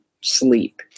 sleep